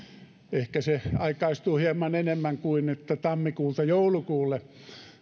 ehkä se aikaistuu hieman enemmän kuin tammikuulta joulukuulle